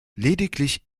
lediglich